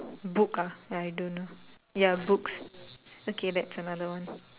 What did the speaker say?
book ah I don't know ya books okay that's another one